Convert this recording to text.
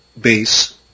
base